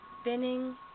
spinning